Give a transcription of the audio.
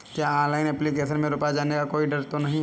क्या online application में रुपया जाने का कोई डर तो नही है?